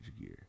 gear